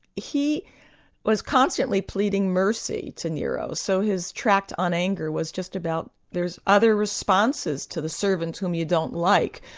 he was constantly pleading mercy to nero, so his tract on anger was just about those other responses to the servant whom you don't like,